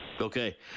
okay